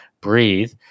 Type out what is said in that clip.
breathe